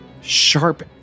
Sharp